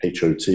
HOT